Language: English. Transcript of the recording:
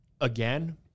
Again